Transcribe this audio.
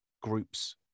groups